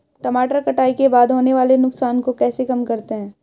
टमाटर कटाई के बाद होने वाले नुकसान को कैसे कम करते हैं?